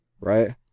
Right